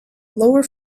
lower